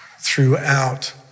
throughout